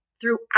throughout